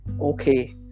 okay